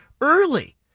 early